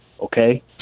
okay